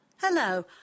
Hello